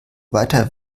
weiter